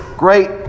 great